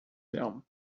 them